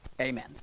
Amen